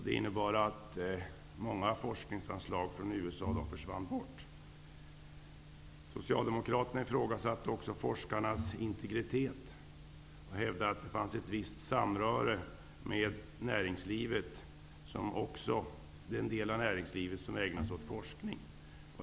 Det innebar att många forskningsanslag från USA försvann bort. Socialdemokraterna ifrågasatte också forskarnas integritet och hävdade att det fanns ett visst samröre med den del av näringslivet som ägnade sig åt forskning.